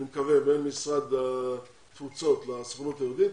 אני מקווה, בין משרד התפוצות לסוכנות היהודית.